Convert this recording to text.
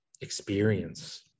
experience